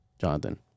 Jonathan